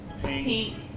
pink